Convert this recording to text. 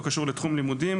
לא קשור לתחום לימודים,